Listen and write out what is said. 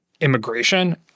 immigration